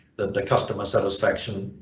the customer satisfaction,